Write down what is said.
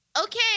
Okay